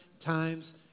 times